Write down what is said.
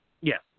Yes